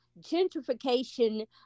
gentrification